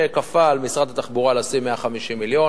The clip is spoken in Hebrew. שכפה על משרד התחבורה לשים 150 מיליון